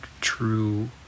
true